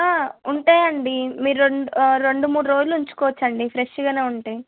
ఉంటాయండి మీరు రెండు మూడు రోజులు ఉంచుకోవచ్చు అండి ఫ్రెష్గా ఉంటాయి